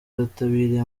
bitabiriye